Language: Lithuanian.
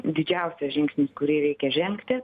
didžiausias žingsnis kurį reikia žengti